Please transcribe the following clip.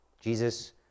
Jesus